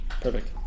Perfect